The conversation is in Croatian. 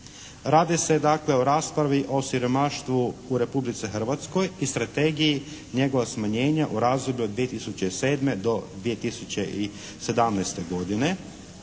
Radi se dakle o raspravi o siromaštvu u Republici Hrvatskoj i strategiji njegova smanjenja u razdoblju od 2007. do 2017. godine,